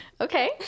okay